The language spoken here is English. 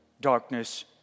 darkness